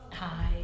Hi